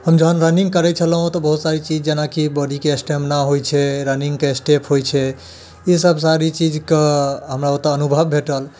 हम जहन रनिंग करै छलहुॅं तऽ बहुत सारी चीज जेनाकि बॉडीके स्टेमिना होइ छै रनिंगके स्टेप होइ छै इसब सारी चीज के हमरा ओतऽ अनुभव भेटल